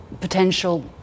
potential